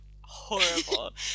horrible